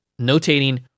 notating